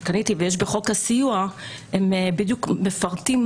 אני פניתי ויש בחוק הסיוע פירוט מדויק של